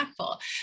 impactful